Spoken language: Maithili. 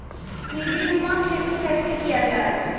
सीडीनुमा खेती कैसे किया जाय?